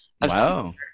Wow